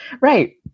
Right